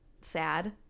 sad